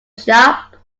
shop